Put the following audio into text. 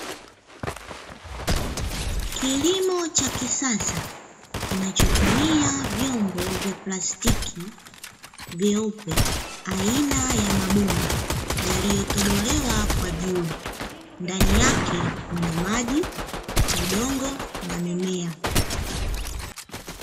Kilimo cha kisasa kinachotumia vyombo vya plastiki vyeupe, aina ya mabomba yaliyotobolewa kwa juu. Ndani yake mna maji, udongo na mimea.